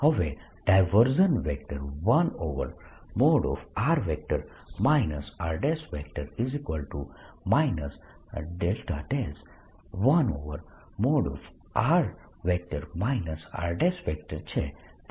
હવે 1|r r| 1|r r| છે